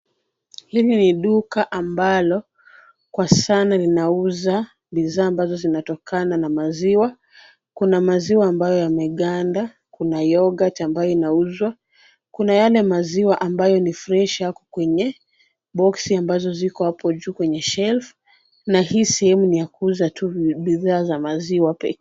Hili ni duka ambalo kwa sana linauza bidhaa ambazo zinatokana na maziwa. Kuna maziwa ambayo yameganda, kuna youghurt ambayo inauzwa, kuna Yale maziwa ambayo ni freshi apo kwenye boksi ambazo ziko hapo juu kwenye shelf na hii sehemu ninya kuuza bidhaa za maziwa pekee.